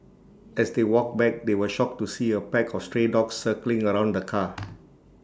as they walked back they were shocked to see A pack of stray dogs circling around the car